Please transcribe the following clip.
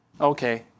okay